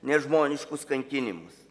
nežmoniškus kankinimus